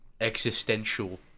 existential